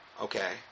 Okay